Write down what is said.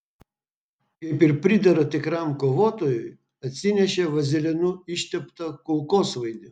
kaip ir pridera tikram kovotojui atsinešė vazelinu išteptą kulkosvaidį